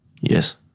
Yes